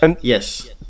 yes